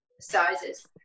sizes